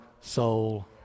soul